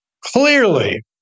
clearly